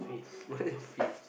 what your feet